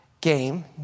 game